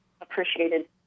appreciated